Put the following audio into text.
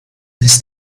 this